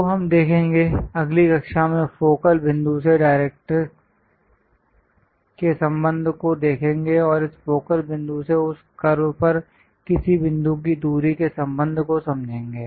तो हम देखेंगे अगली कक्षा में फोकल बिंदु से डायरेक्ट्ट्रिक्स के संबंध को देखेंगे और इस फोकल बिंदु से उस कर्व पर किसी बिंदु की दूरी के संबंध को समझेंगे